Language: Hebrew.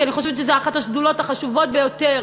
כי אני חושבת שזו אחת השדולות החשובות ביותר,